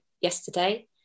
yesterday